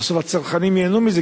שבסוף הצרכנים ייהנו מזה,